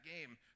game